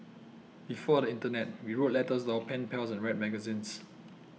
before the internet we wrote letters to our pen pals and read magazines